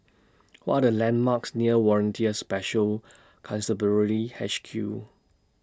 What Are The landmarks near Volunteer Special Constabulary H Q